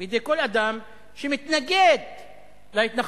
בידי כל אדם שמתנגד להתנחלויות,